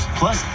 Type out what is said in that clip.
plus